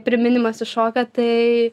priminimas iššoka tai